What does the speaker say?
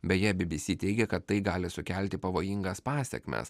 beje bi bi si teigia kad tai gali sukelti pavojingas pasekmes